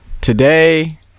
Today